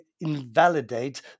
invalidate